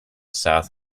south